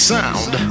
sound